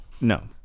no